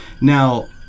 Now